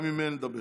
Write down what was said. גם אם אין, תדבר.